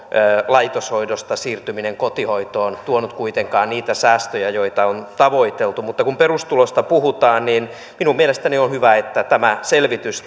laitoshoidosta kotihoitoon tuonut kuitenkaan niitä säästöjä joita on tavoiteltu mutta kun perustulosta puhutaan niin minun mielestäni on hyvä että tämä selvitys